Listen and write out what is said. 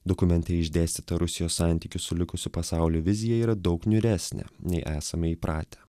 dokumente išdėstyta rusijos santykius su likusiu pasauliu vizija yra daug niūresnė nei esame įpratę